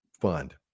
fund